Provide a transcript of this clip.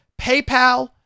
PayPal